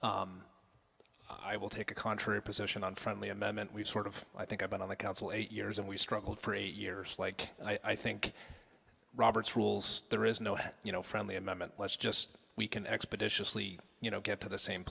i will take a contrary position on friendly amendment we've sort of i think i've been on the council eight years and we've struggled for eight years like i think robert's rules there is no you know from the amendment let's just we can expeditiously you know get to the same